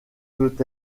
peut